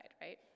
right